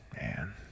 Man